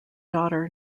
daughter